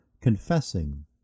confessing